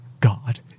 god